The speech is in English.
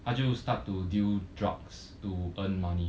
他就 start to deal drugs to earn money